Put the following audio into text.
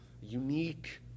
unique